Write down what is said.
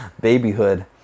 babyhood